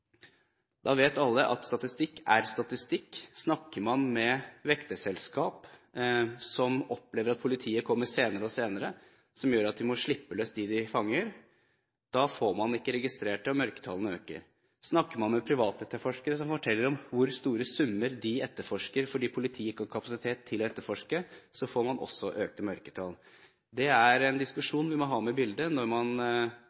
vet at statistikk er statistikk. Snakker man med vekterselskap, sier de at de opplever at politiet kommer senere og senere, som gjør at de må slippe løs dem de fanger. Da får man ikke registrert dem, og mørketallene øker. Snakker man med privatetterforskere, forteller de om hvor store summer de etterforsker fordi politiet ikke har kapasitet til å etterforske. Da får man også økte mørketall. Det er en